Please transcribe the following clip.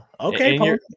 Okay